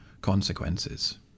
consequences